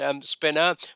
spinner